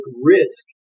risk